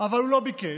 אבל הוא לא ביקש